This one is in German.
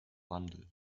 wandel